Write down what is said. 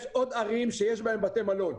יש עוד ערים שיש בהן בתי מלון,